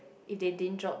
if they didn't drop the